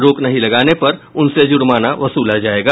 रोक नहीं लगाने पर उनसे जुर्माना वसूला जायेगा